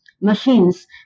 machines